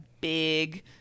big